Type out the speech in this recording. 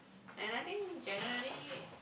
and I think generally